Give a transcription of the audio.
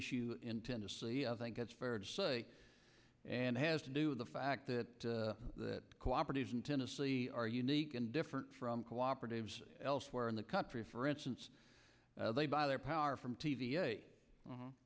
issue in tennessee i think it's fair to say and has to do with the fact that that cooperatives in tennessee are unique and different from cooperatives elsewhere in the country for instance they buy their power from t